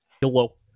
Hello